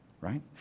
right